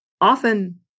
often